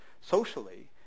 socially